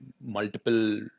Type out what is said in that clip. multiple